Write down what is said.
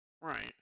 Right